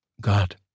God